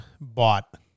bought